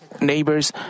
neighbors